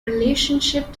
relationship